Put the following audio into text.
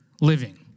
living